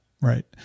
Right